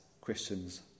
Christians